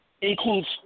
includes